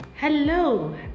Hello